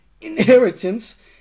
Inheritance